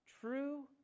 True